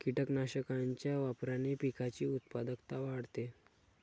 कीटकनाशकांच्या वापराने पिकाची उत्पादकता वाढते